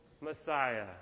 Messiah